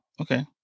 okay